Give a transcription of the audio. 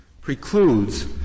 precludes